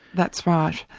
that's right.